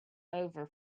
over